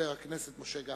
חבר הכנסת משה גפני.